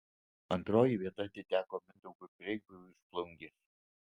antroji vieta atiteko mindaugui preibiui iš plungės